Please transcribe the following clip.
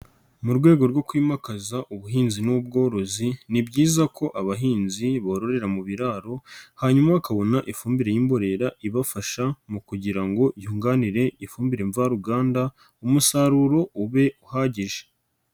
Mu rwego rwo kwimakaza ubuhinzi n'ubworozi ni byiza ko abahinzi bororera mu biraro hanyuma bakabona ifumbire y'imborera ibafasha mu kugira ngo yunganire ifumbire mva ruganda umusaruro ube uhagije.